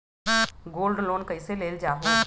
Gold loan कईसे लेल जाहु?